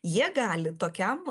jie gali tokiam